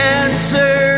answer